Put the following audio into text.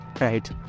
Right